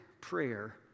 prayer